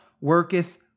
worketh